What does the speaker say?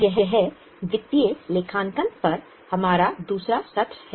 यह वित्तीय लेखांकन पर हमारा दूसरा सत्र है